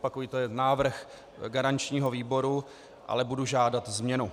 Opakuji, to je návrh garančního výboru, ale budu žádat změnu.